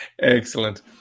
excellent